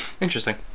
Interesting